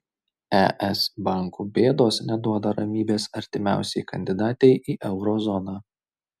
es bankų bėdos neduoda ramybės artimiausiai kandidatei į euro zoną